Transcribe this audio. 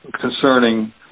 concerning